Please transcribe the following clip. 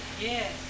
Yes